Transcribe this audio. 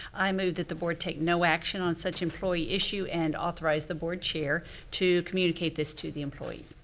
i move that the board take no action on such employee issue and authorize the board chair to communicate this to the employee.